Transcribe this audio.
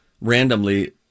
randomly